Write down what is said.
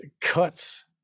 cuts